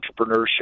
entrepreneurship